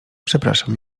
przepraszam